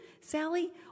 Sally